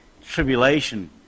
tribulation